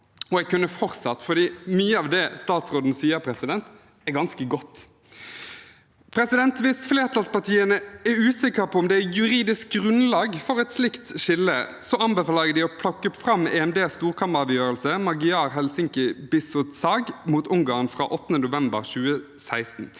Og jeg kunne fortsatt, for mye av det statsråden sier, er ganske godt. Hvis flertallspartiene er usikre på om det er juridisk grunnlag for et slikt skille, anbefaler jeg dem å plukke fram EMDs storkammeravgjørelse Magyar Helsinki Bizottság mot Ungarn fra 8. november 2016.